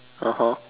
(uh huh)